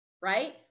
right